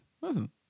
Listen